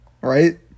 Right